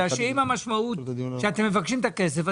בגלל שאם המשמעות שאתם מבקשים את הכסף,